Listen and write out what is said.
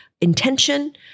intention